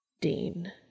Dean